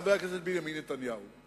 חבר הכנסת בנימין נתניהו.